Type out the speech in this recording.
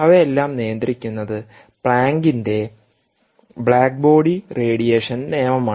അവയെല്ലാം നിയന്ത്രിക്കുന്നത് പ്ലാങ്കിന്റെ black body radiation Planck's law of blackbody radiationനിയമമാണ്